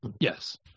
Yes